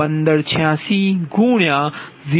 1586 4120